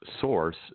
source